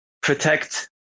protect